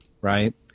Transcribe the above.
right